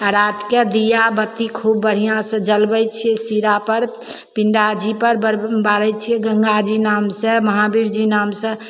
आओर रातिके दीया बाती खूब बढ़िआँसे जलबै छिए सीरापर पिण्डाजीपर बर बारै छिए गङ्गाजी नामसे महावीरजी नामसे